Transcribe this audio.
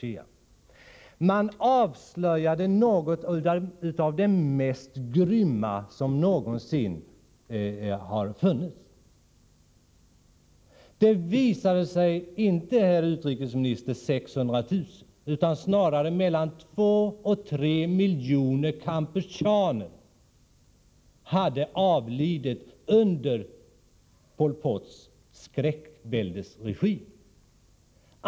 Jo, man avslöjade något av det mest grymma som någonsin har förekommit. Det visade sig nämligen, herr utrikesminister, att inte 600 000 kampucheaner utan snarare 2-3 miljoner hade avlidit under Pol Pots skräckväldesregim.